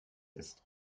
ist